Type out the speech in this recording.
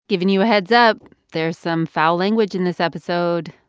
giving you a heads up there's some foul language in this episode.